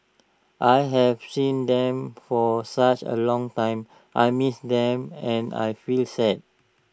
I haven't seen them for such A long time I miss them and I feel sad